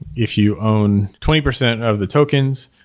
if you own twenty percent of the tokens,